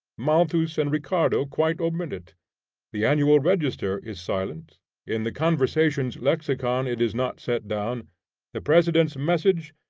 malthus and ricardo quite omit it the annual register is silent in the conversations' lexicon it is not set down the president's message,